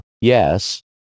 yes